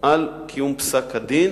על קיום פסק-הדין